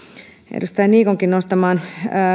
edustaja niikonkin nostamaan